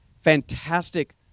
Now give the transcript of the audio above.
fantastic